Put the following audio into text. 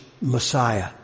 Messiah